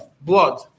blood